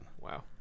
Wow